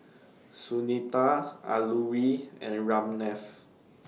Sunita Alluri and Ramnath